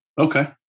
Okay